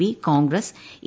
P Congress A